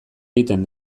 egiten